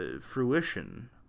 fruition